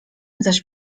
zaś